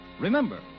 Remember